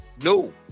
No